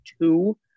two